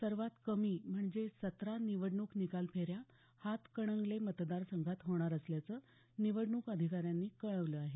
सर्वात कमी म्हणजे सतरा निवडणूक निकाल फेऱ्या हातकणंगले मतदारसंघात होणार असल्याचं निवडणूक अधिकाऱ्यांनी कळवलं आहे